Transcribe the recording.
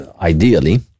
ideally